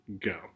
go